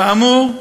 כאמור,